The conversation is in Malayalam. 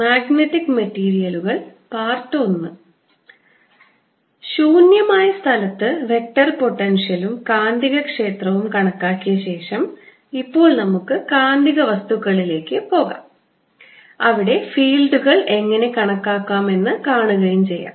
മാഗ്നറ്റിക് മെറ്റീരിയലുകൾ 1 ശൂന്യമായ സ്ഥലത്ത് വെക്റ്റർ പൊട്ടൻഷ്യലും കാന്തികക്ഷേത്രവും കണക്കാക്കിയ ശേഷം ഇപ്പോൾ നമുക്ക് കാന്തിക വസ്തുക്കളിലേക്ക് പോകാo അവിടെ ഫീൽഡുകൾ എങ്ങനെ കണക്കാക്കാമെന്ന് കാണുകയും ചെയ്യാം